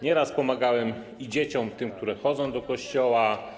Nieraz pomagałem dzieciom, które chodzą do kościoła.